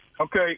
Okay